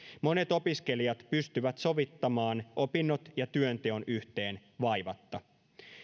monet opiskelijat pystyvät sovittamaan opinnot ja työnteon yhteen vaivatta